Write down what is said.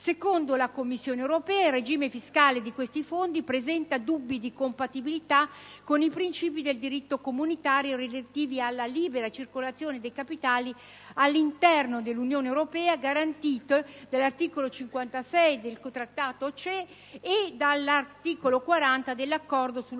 Secondo la Commissione europea, il regime fiscale di tali fondi presenta dubbi di compatibilità con i principi del diritto comunitario relativi alla libera circolazione dei capitali all'interno dell'Unione europea garantiti dall'articolo 56 del Trattato CE e dall'articolo 40 dell'Accordo sullo